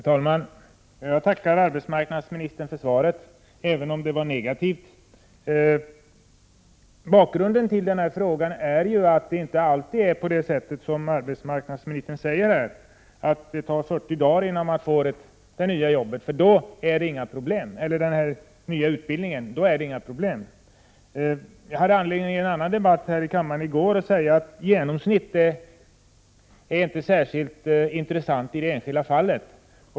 Herr talman! Jag tackar arbetsmarknadsministern för svaret, även om det var negativt. Bakgrunden till min fråga är att det inte alltid är så som arbetsmarknadsministern här säger, att det tar 40 dagar innan man får den nya utbildningen. När så är fallet är det inte något problem. Jag hade anledning att i en annan debatt här i kammaren i går säga att genomsnittet inte är särskilt intressant i det enskilda fallet.